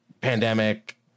pandemic